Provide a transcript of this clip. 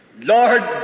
Lord